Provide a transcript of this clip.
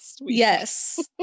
Yes